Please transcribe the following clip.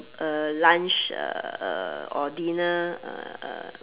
uh lunch uh uh or dinner uh uh